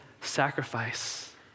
sacrifice